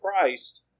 Christ